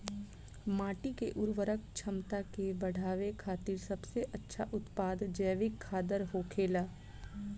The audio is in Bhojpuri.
माटी के उर्वरक क्षमता के बड़ावे खातिर सबसे अच्छा उत्पाद जैविक खादर होखेला